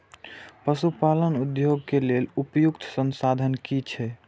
पशु पालन उद्योग के लेल उपयुक्त संसाधन की छै?